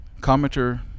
commenter